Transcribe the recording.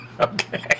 Okay